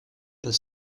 pas